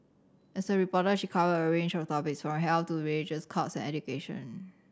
as a reporter she covered a range of topics from health to religious cults and education